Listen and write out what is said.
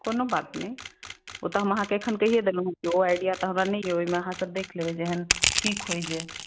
कोनो बात नहि से त हम अहाँकेॅं एखन कहिये देलहुॅं हैं ओ आईडिया तऽ हमरा नहि ओहिमे अहाँ सब देख लेबै केहन ठीक होइया